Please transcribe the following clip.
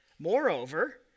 Moreover